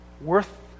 worth